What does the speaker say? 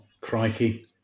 crikey